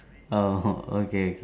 err orh okay okay